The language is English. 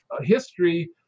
history